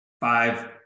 five